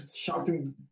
shouting